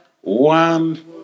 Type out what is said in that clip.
One